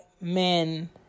men